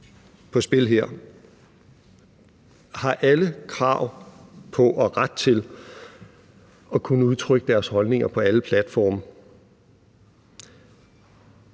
på spil her: Har alle krav på og ret til at kunne udtrykke deres holdninger på alle platforme?